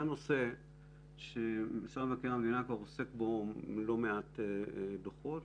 זה נושא שמשרד מבקר המדינה עוסק בו בלא מעט דוחות.